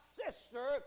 sister